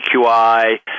EQI